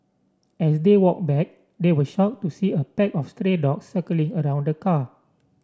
as they walked back they were shocked to see a pack of stray dogs circling around the car